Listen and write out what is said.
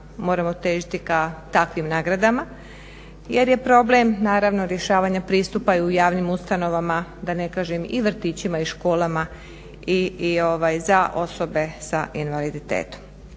moramo težiti ka takvim nagradama jer je problem naravno rješavanja pristupa u javnim ustanovama, da ne kažem i vrtićima i školama za osobe s invaliditetom.